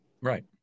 Right